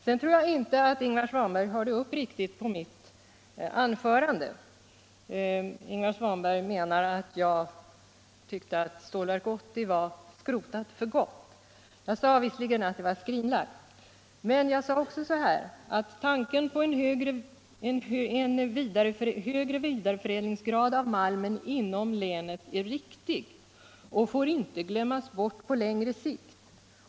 Sedan tror jag inte att Ingvar Svanberg hörde upp riktigt på mitt anförande. Enligt Ingvar Svanberg skulle jag anse att Stålverk 80 är skrotat för gott. Jag sade visserligen att det är skrinlagt. men jag sade också att tanken på en mera höggradig vidareförädling av malmen inom länet är riktig och inte får glömmas bort på längre sikt.